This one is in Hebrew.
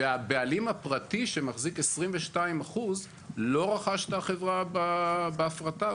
והבעלים הפרטי שמחזיק 22% לא רכש את החברה בהפרטה,